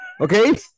Okay